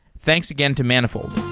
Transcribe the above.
thanks again to manifold